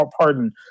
pardon